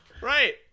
Right